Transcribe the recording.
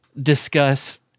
discuss